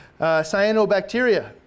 Cyanobacteria